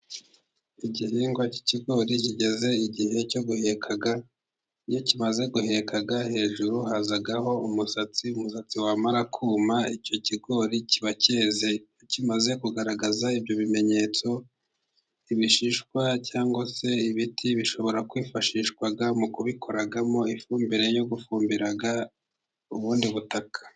Igihingwa cy'ikigori kigeze igihe cyo guheka, iyo kimaze guheka hejuru hazaho umusatsi, umusatsi wamara kuma icyo kigori kiba cyeze. Iyo kimaze kugaragaza ibyo bimenyetso ibishishwa cyangwa se ibiti, bishobora kwifashishwa mu kubikoramo ifumbire yo gufumbira ubundi butaka.